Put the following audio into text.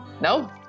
No